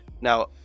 Now